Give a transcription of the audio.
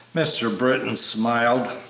mr. britton smiled.